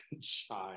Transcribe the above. shine